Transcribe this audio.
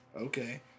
okay